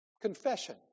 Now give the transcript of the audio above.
Confession